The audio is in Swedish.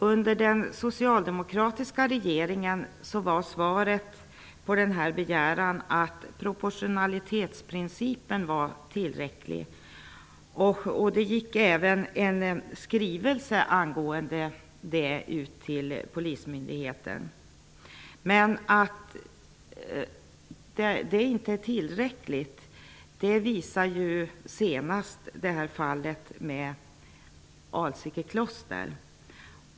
Under den socialdemokratiska regeringen var svaret på denna begäran att proportionalitetsprincipen var tillräcklig. Det utgick även en skrivelse om detta till polismyndigheten. Att detta inte är tillräckligt visar senast fallet Alsike kloster.